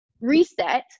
reset